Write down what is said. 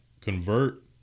convert